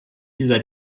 dieser